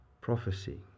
Prophecy